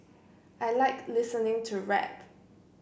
I like listening to rap